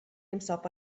himself